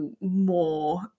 more